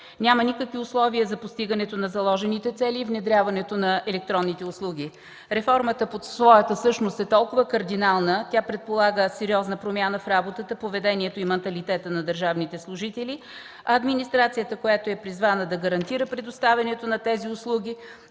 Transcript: Няма никакви условия за постигането на заложените цели и внедряването на електронните услуги. Реформата по своята същност е толкова кардинална! Тя предполага сериозна промяна в работата, поведението и манталитета на държавните служители. Администрацията, която е призвана да гарантира предоставянето на тези услуги,